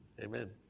Amen